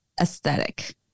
aesthetic